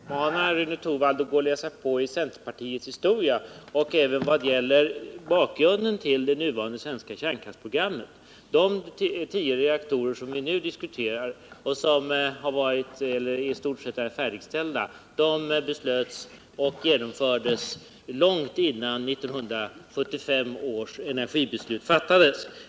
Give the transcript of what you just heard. Herr talman! Jag uppmanar Rune Torwald att läsa på i centerpartiets historia och även om det nuvarande svenska kärnkraftsprogrammet. De tio reaktorer som vi nu diskuterar och som i stort sett är färdigställda beslöts långt innan 1975 års energibeslut fattades.